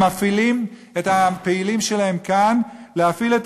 הם מפעילים את הפעילים שלהם כאן להפעיל את